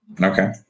Okay